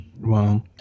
Wow